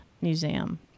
Museum